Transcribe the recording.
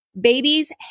Babies